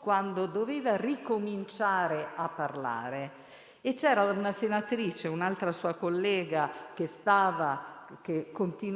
quando doveva ricominciare a parlare e c'era una senatrice, un'altra sua collega che lo aveva fatto